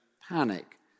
panic